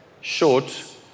short